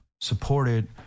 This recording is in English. supported